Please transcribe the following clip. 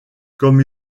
comme